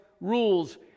rules